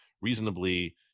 reasonably